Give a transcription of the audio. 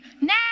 now